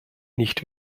nicht